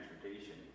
transportation